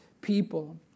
people